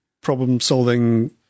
problem-solving –